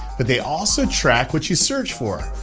but they also track what you search for.